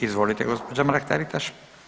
Izvolite gospođo Mrak Taritaš.